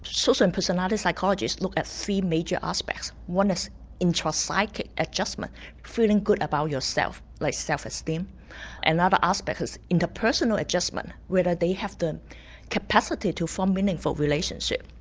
social and personality psychologists looked at three major aspects. one is intra-psychic adjustment feeling good about yourself, like self-esteem. and another aspect is interpersonal adjustment whether they have the capacity to form meaningful relationships.